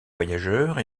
voyageurs